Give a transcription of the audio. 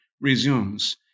resumes